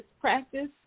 practice